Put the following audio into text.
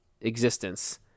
existence